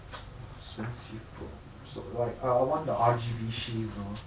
expensive bro so like ah I want the R_G_B shift know